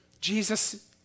Jesus